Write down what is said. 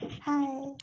Hi